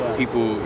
people